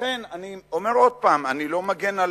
ולכן, אני אומר עוד פעם: אני לא מגן על